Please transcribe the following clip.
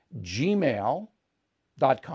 gmail.com